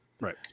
Right